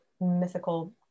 mythical